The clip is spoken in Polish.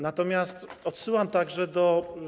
Natomiast odsyłam także do.